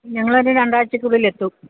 ഞങ്ങളൊര് രണ്ടാഴ്ചക്കുള്ളിലെത്തും